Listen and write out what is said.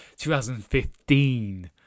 2015